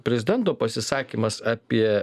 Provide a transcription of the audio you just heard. prezidento pasisakymas apie